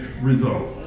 result